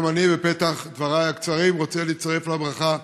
גם אני בפתח דבריי הקצרים רוצה להצטרף לברכה